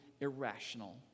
irrational